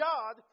God